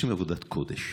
הם עושים עבודת קודש,